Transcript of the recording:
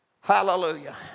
Hallelujah